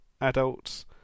adults